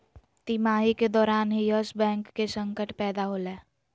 तिमाही के दौरान ही यस बैंक के संकट पैदा होलय